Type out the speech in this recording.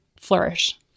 flourish